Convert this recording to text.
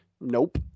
nope